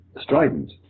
strident